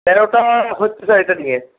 তেরোটা ওটা হচ্ছে স্যার এটা দিয়ে